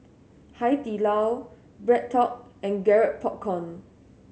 Hai Di Lao BreadTalk and Garrett Popcorn